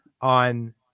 on